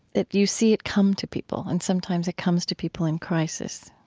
that you see it come to people, and sometimes it comes to people in crisis.